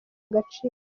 agaciro